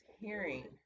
hearing